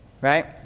Right